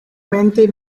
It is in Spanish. mente